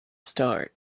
start